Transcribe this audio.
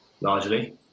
largely